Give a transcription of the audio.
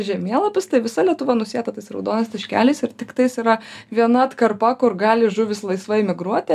žemėlapis tai visa lietuva nusėta tais raudonais taškeliais ir tiktais yra viena atkarpa kur gali žuvys laisvai migruoti